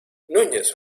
núñez